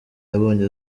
yabonye